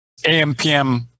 AMPM